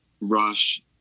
rush